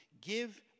give